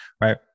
right